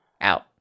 Out